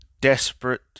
desperate